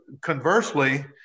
conversely